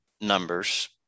numbers